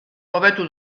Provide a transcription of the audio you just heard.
hobetu